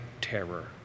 terror